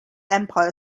empire